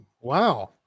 Wow